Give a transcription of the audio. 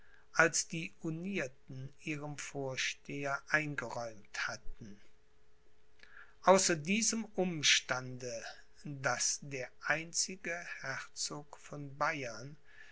als die unierten ihrem vorsteher eingeräumt hatten außer diesem umstande daß der einzige herzog von bayern